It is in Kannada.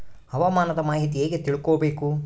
ಹವಾಮಾನದ ಮಾಹಿತಿ ಹೇಗೆ ತಿಳಕೊಬೇಕು?